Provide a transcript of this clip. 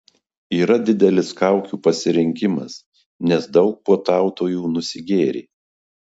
yra didelis kaukių pasirinkimas nes daug puotautojų nusigėrė